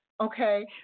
Okay